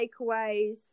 takeaways